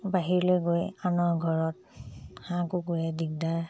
বাহিৰলৈ গৈ আনৰ ঘৰত হাঁহ কুকুৰাই দিগদাৰ